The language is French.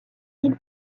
ils